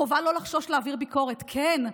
חובה לא לחשוש להעביר ביקורת, כן.